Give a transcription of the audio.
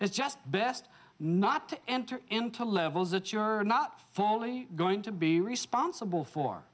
it's just best not to enter into levels that you're not formally going to be responsible for